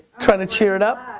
tryin' to cheer it up?